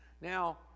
Now